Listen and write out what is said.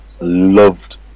loved